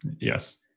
yes